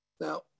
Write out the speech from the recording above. Now